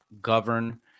govern